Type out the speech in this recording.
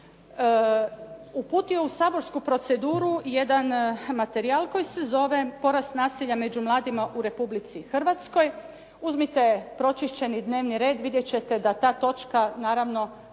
uputio u saborsku proceduru jedan materijal koji se zove "Porast nasilja među mladima u Republici Hrvatskoj". Uzmite pročišćeni dnevni red, vidjet ćete da ta točka naravno